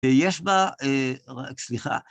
יש בה... סליחה.